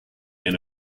and